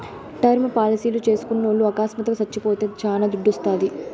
term పాలసీలు చేస్కున్నోల్లు అకస్మాత్తుగా సచ్చిపోతే శానా దుడ్డోస్తాది